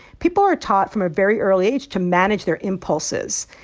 people are taught from a very early age to manage their impulses.